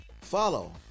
Follow